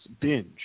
Binge